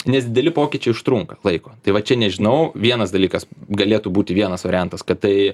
nes dideli pokyčiai užtrunka laiko tai va čia nežinau vienas dalykas galėtų būti vienas variantas kad tai